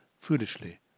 foolishly